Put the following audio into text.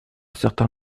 certain